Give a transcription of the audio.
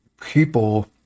people